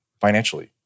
financially